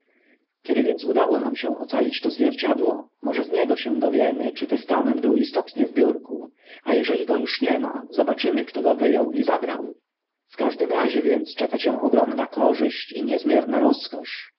kiedy więc udało nam się ocalić to zwierciadło może z niego się dowiemy czy testament był istotnie w biurku a eżeli go uż nie ma zobaczymy kto go wy ął i zabrał w każdym razie więc czeka cię ogromna korzyść i niezmierna rozkosz